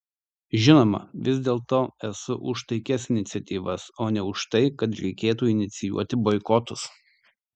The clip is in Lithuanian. žinoma vis dėlto esu už taikias iniciatyvas o ne už tai kad reikėtų inicijuoti boikotus